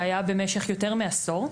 שהתקיים במשך יותר מעשור,